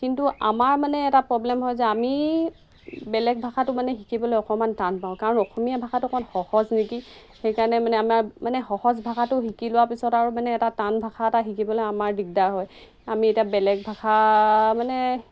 কিন্তু আমাৰ মানে এটা প্ৰব্লেম হয় যে আমি বেলেগ ভাষাটো মানে শিকিবলৈ অকণমান টান পাওঁ কাৰণ অসমীয়া ভাষাটো অকণমান সহজ নেকি সেইকাৰণে মানে আমাৰ মানে সহজ ভাষাটো শিকি লোৱা পিছত আৰু মানে এটা টান ভাষা এটা শিকিবলৈ আমাৰ দিগদাৰ হয় আমি এতিয়া বেলেগ ভাষা মানে